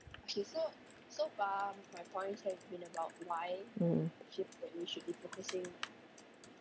mm